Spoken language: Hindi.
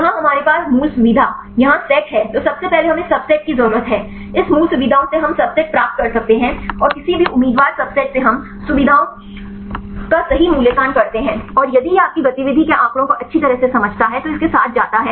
यहाँ हमारे पास मूल सुविधा यहाँ सेट है तो सबसे पहले हमें सबसेट की जरूरत है इस मूल सुविधाओं से हम सबसेट प्राप्त कर सकते हैं और किसी भी उम्मीदवार सबसेट से हम सुविधाओं का सही मूल्यांकन करते हैं और यदि यह आपकी गतिविधि के आंकड़ों को अच्छी तरह से समझाता है तो इसके साथ जाता है